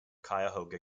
cuyahoga